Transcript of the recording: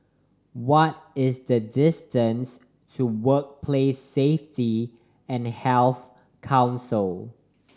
what is the distance to Workplace Safety and Health Council